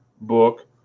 book